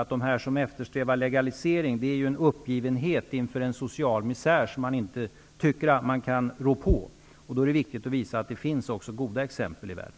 Att eftersträva legalisering är ett uttryck för en uppgivenhet inför en social misär som man inte tror att man kan rå på. Då är det viktigt att visa att det finns också goda exempel i världen.